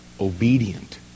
obedient